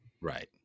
Right